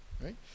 right